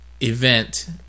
event